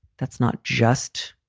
that's not just